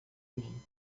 mim